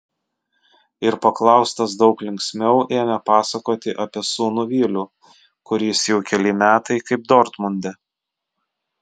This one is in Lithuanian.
ir paklaustas daug linksmiau ėmė pasakoti apie sūnų vilių kuris jau keli metai kaip dortmunde